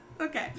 okay